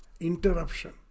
Interruption